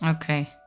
Okay